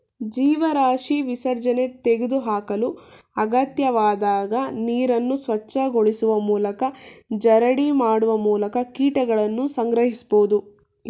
ಜೀವರಾಶಿ ವಿಸರ್ಜನೆ ತೆಗೆದುಹಾಕಲು ಅಗತ್ಯವಾದಾಗ ನೀರನ್ನು ಸ್ವಚ್ಛಗೊಳಿಸುವ ಮೂಲಕ ಜರಡಿ ಮಾಡುವ ಮೂಲಕ ಕೀಟಗಳನ್ನು ಸಂಗ್ರಹಿಸ್ಬೋದು